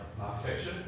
architecture